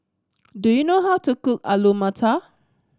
do you know how to cook Alu Matar